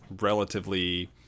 relatively